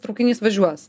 traukinys važiuos